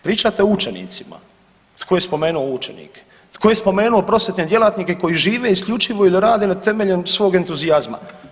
Pričate o učenicima, tko je spomenuo učenike, tko je spomenuo prosvjetne djelatnike koji žive isključivo ili rade na temelju svog entuzijazma?